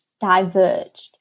diverged